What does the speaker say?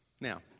Now